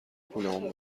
پولمون